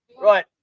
Right